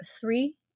three